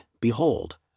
Behold